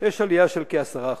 יש עלייה של כ-10%,